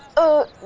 oh,